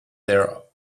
their